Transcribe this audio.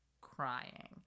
crying